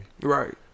Right